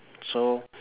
so